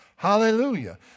Hallelujah